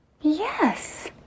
Yes